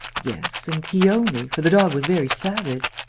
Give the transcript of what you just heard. yes and he only, for the dog was very savage.